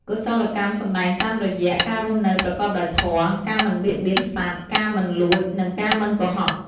កុសលកម្មសម្តែងតាមរយះ ការរស់នៅប្រកបដោយធម៌ ការមិនបៀតបៀនសត្វ ការមិនលួច និងការមិនកុហក។